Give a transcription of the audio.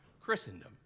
Christendom